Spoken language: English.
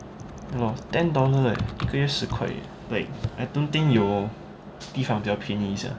ya lor ten dollars eh 一个月十块而已 like like I don't think 有地方比它便宜 sia